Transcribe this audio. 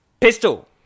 Pistol